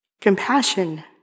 Compassion